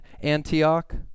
Antioch